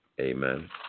Amen